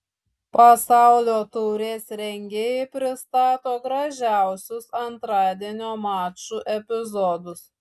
pasaulio taurės rengėjai pristato gražiausius antradienio mačų epizodus